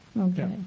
Okay